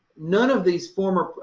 none of these former,